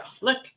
Look